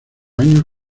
años